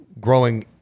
growing